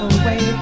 away